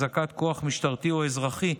הזעקת כוח משטרתי או אזרחי,